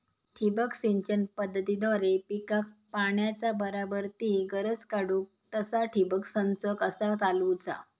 ठिबक सिंचन पद्धतीद्वारे पिकाक पाण्याचा बराबर ती गरज काडूक तसा ठिबक संच कसा चालवुचा?